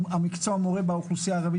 המקצוע מורה באוכלוסייה הערבית,